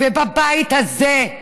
ובבית הזה,